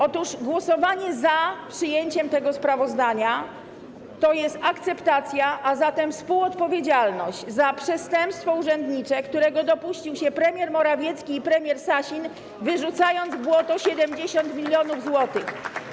Otóż głosowanie za przyjęciem tego sprawozdania to jest akceptacja, a zatem współodpowiedzialność za przestępstwo urzędnicze, którego dopuścili się premier Morawiecki i premier Sasin, wyrzucając w błoto 70 mln zł.